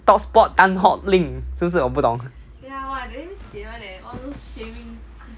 top spot tan hock link 是不是我不懂